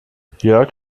jörg